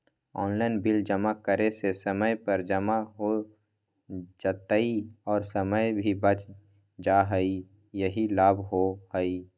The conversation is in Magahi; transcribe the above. ऑनलाइन बिल जमा करे से समय पर जमा हो जतई और समय भी बच जाहई यही लाभ होहई?